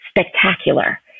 spectacular